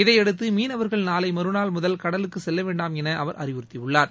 இதையடுத்து மீனவர்கள் நாளை மறுநாள் முதல் கடலுக்கு செல்லவேண்டாம் என அவர் அறிவுறுத்தியுள்ளார்